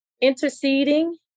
interceding